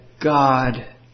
God